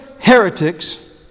heretics